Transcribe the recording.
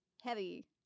Heavy